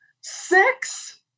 Six